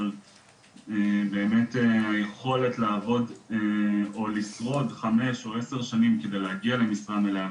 אבל באמת היכולת לעבוד או לשרוד חמש או עשר שנים כדי להגיע למשרה מלאה,